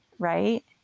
Right